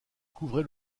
couvrait